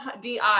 di